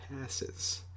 passes